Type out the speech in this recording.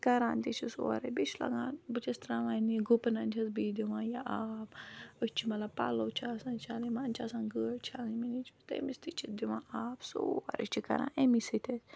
کَران تہِ چھِس اورَے بیٚیہِ چھِ لَگان بہٕ چھَس ترٛاوان یہِ گُپنَن چھَس بہٕ یہِ دِوان یہِ آب أسۍ چھِ مطلب پَلو چھِ آسان چھَلٕنۍ منٛزٕ چھِ آسان گٲڑۍ چھَٕلنۍ مےٚ نیٚچوِس تٔمِس تہِ چھِ دِوان آب سورُے چھِ کَران امی سۭتۍ